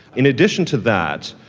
in addition to that,